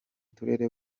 turere